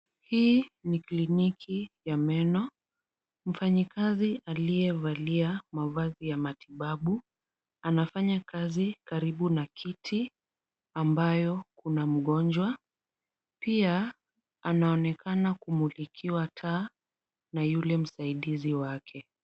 Hii ni kliniki ya meno. Mfanyikazi aliyevalia mavazi ya matibabu, anafanya kazi karibu na kiti ambayo kuna mgonjwa. Pia anaonekana kumulikiwa taa na yule msaidizi wake.